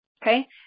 Okay